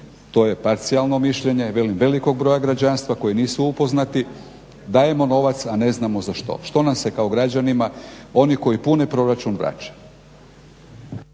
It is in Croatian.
to je parcijalno mišljenje velim velikog broja građanstva koja nisu upoznati, dajemo novac, a ne znamo za što. Što nam se kao građanima oni koji pune proračun vraća?